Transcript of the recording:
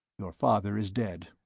your father is dead.